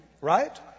Right